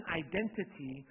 identity